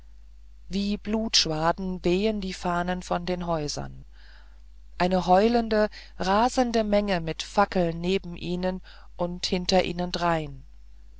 wie blutschwaden wehen die fahnen von den häusern eine heulende rasende menge mit fackeln neben ihnen und hinter ihnen drein